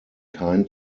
kein